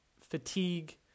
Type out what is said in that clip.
fatigue